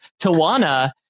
Tawana